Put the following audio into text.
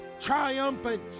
triumphant